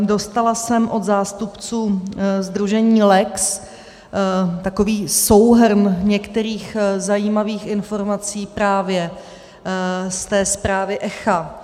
Dostala jsem od zástupců sdružení LEX takový souhrn některých zajímavých informací právě z té zprávy ECHA.